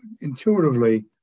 intuitively